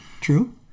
true